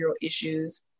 issues